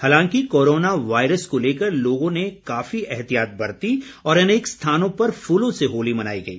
हालांकि corona virus को लेकर लोगों ने काफी एहतियात बरती और अनेक स्थानों पर फूलों से होली मनाई गई